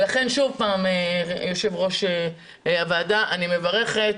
יושב-ראש הוועדה, אני מברכת,